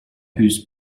whose